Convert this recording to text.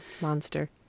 monster